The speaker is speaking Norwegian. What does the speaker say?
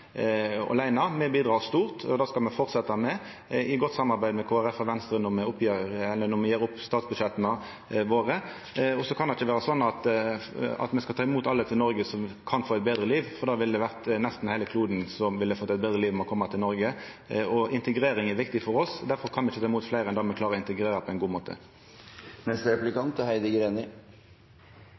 verda åleine. Me bidrar stort, og det skal me fortsetja med i godt samarbeid med Kristeleg Folkeparti og Venstre når me gjer opp statsbudsjetta våre. Det kan ikkje vera sånn at Noreg skal ta imot alle som ønskjer eit betre liv, for då ville nesten heile kloden fått eit betre liv ved å koma til Noreg. Integrering er viktig for oss, difor kan me ikkje ta imot fleire enn me klarer å integrera på ein god måte. Intensjonen med asylforliket var å begrense ankomsten av folk som ikke hadde rett til beskyttelse. Jeg tror det er